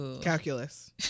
Calculus